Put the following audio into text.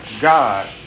God